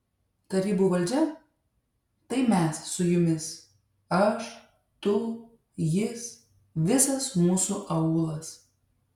tarybų valdžia tai mes su jumis aš tu jis visas mūsų aūlas